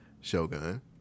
Shogun